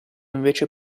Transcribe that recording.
invece